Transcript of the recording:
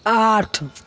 आठ